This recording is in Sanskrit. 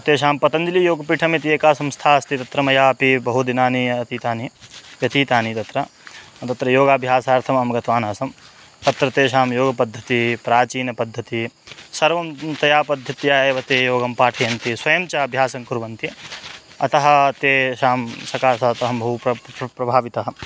तेषां पतञ्जलियोगपीठमिति एका संस्था अस्ति तत्र मया अपि बहूनि दिनानि व्यतीतानि व्यतीतानि तत्र तत्र योगाभ्यासार्थमहं गतवान् आसम् अत्र तेषां योगपद्धतिः प्राचीनपद्धतिः सर्वं तया पद्धत्या एव ते योगं पाठयन्ति स्वयं च अभ्यासं कुर्वन्ति अतः तेषां सकाशात् अहं बहु प्रभावितः